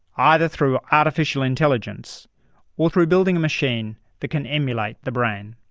either through artificial intelligence or through building a machine that can emulate the brain.